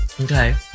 Okay